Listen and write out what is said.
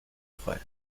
frei